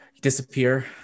disappear